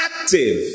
active